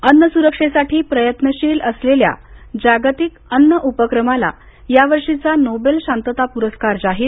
अन्न सुरक्षेसाठी प्रयत्नशील असलेल्या जागतिक अन्न उपक्रमाला यावर्षीचा नोबेल शांतता प्रस्कार जाहीर